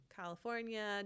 California